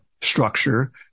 structure